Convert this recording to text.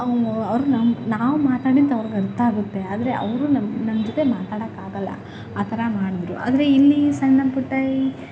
ಅವನು ಅವ್ರನ್ನ ನಾವು ಮಾತಾಡಿದ್ದು ಅವ್ರ್ಗೆ ಅರ್ಥ ಆಗುತ್ತೆ ಆದರೆ ಅವರು ನಮ್ಮ ನನ್ನ ಜೊತೆ ಮಾತಾಡೋಕ್ಕಾಗಲ್ಲ ಆ ಥರ ಮಾಡಿದ್ರು ಅಂದರೆ ಇಲ್ಲಿ ಸಣ್ಣ ಪುಟ್ಟ ಈ